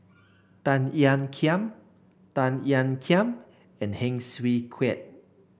Tan Ean Kiam Tan Ean Kiam and Heng Swee Keat